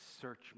search